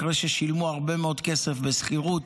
אחרי ששילמו הרבה מאוד כסף בשכירות,